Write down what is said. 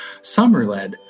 Summerled